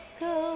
go